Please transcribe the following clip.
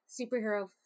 superhero